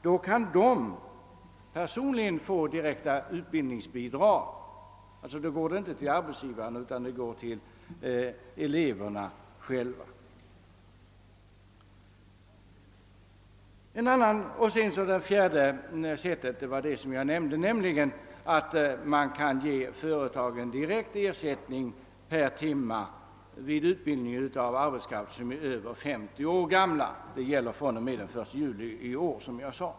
De kan då personligen få direkta utbildningsbidrag, som alltså inte går till arbetsgivaren utan till eleverna själva. Det fjärde sättet innebär, som jag nämnde, att man kan ge företagen direkt ersättning per timme vid utbildning av arbetskraft som är över 50 år. Detta gäller alltså från den 1 juli i år.